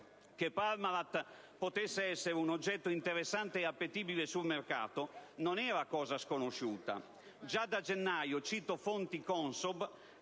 che Parmalat potesse essere un oggetto interessante e appetibile sul mercato non era cosa sconosciuta: già da gennaio - cito fonti CONSOB